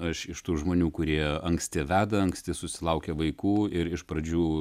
aš iš tų žmonių kurie anksti veda anksti susilaukia vaikų ir iš pradžių